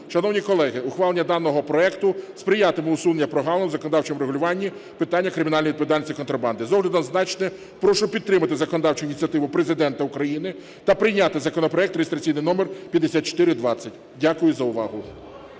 Шановні колеги, ухвалення даного проекту сприятиме усуненню прогалин в законодавчому регулюванні питання кримінальної відповідальності контрабанди. З огляду на зазначене прошу підтримати законодавчу ініціативу Президента України та прийняти законопроект (реєстраційний номер 5420). Дякую за увагу.